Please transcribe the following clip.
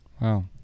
Wow